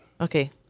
Okay